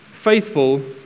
faithful